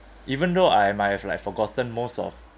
even though I might have like forgotten most of